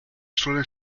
suelen